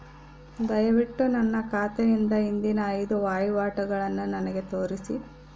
ದಯವಿಟ್ಟು ನನ್ನ ಖಾತೆಯಿಂದ ಹಿಂದಿನ ಐದು ವಹಿವಾಟುಗಳನ್ನು ನನಗೆ ತೋರಿಸಿ